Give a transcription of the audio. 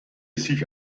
sich